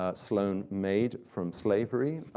ah sloane made from slavery,